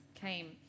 came